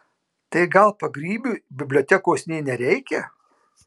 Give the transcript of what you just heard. tai gal pagrybiui bibliotekos nė nereikia